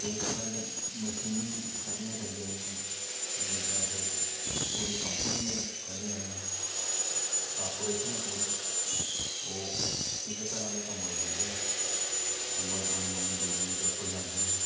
केंई तरह दे मशीनी खड्डियां चली पेदियां में दिक्खना पूरी कम्पनी खड्डी आहलें दी कारपोरेशन ऐ पूरी ओह् इस्सै तरह दे कंबल बुनदे ना कंबल बुनी बुनी दूर दूर तक पंजादे न